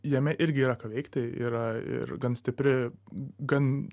jame irgi yra ką veikti yra ir gan stipri gan